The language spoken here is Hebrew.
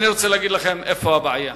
אני רוצה להגיד לכם מה הבעיה.